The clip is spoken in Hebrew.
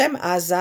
השם "עזה"